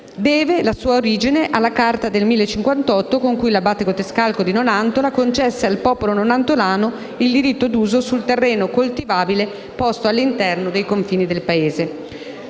deve la sua origine alla Carta del 1058 con cui l'Abate Gotescalco di Nonantola concesse al popolo nonantolano il diritto d'uso sul terreno coltivabile posto all'interno dei confini del paese.